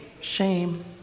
Shame